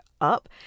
up